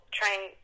trying